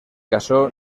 casó